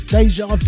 Deja